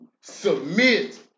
submit